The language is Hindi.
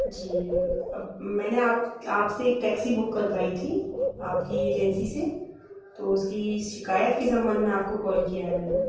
जी अब मैंने आप आप से एक टैक्सी बुक कारवाई थी आप की एजेंसी से तो उसकी शिकायत के संबंध में आप को कॉल किया है मैंने